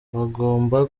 bagomba